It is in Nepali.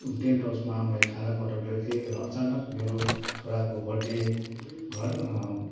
टेन्ट हाउसमा मैले खानाको अर्डर गरेको थिएँ र अचानक मेरो छोराको बर्थडे घर